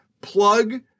Plug